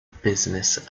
business